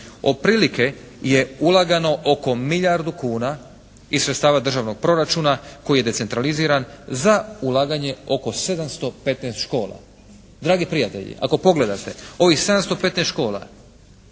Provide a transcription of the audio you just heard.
otprilike je ulagano oko milijardu kuna i sredstava državnog proračuna koji je decentraliziran za ulaganje oko 715 škola. Dragi prijatelji, ako pogledate ovih 715 škola